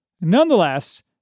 Nonetheless